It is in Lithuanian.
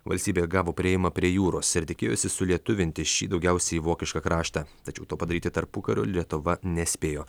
valstybė atgavo priėjimą prie jūros ir tikėjosi sulietuvinti šį daugiausiai vokišką kraštą tačiau to padaryti tarpukariu lietuva nespėjo